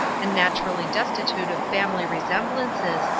and naturally destitute of family resemblances,